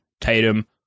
tatum